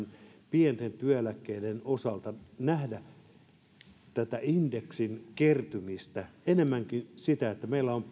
pienten työeläkkeiden osalta nähdä paitsi tätä indeksin kertymistä niin ennemminkin sitä että meillä on